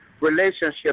relationship